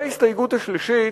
ההסתייגות השלישית,